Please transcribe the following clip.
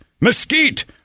mesquite